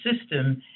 system